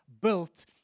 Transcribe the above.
built